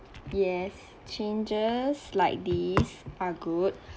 yes changes like these are good